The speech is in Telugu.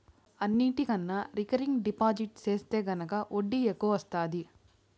అన్నిటికన్నా రికరింగ్ డిపాజిట్టు సెత్తే గనక ఒడ్డీ ఎక్కవొస్తాది